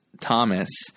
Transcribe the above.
Thomas